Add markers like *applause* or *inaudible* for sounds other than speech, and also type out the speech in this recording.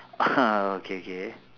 *noise* okay okay